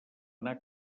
anar